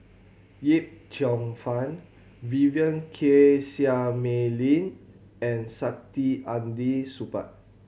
Yip Cheong Fun Vivien Quahe Seah Mei Lin and Saktiandi Supaat